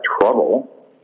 trouble